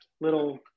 little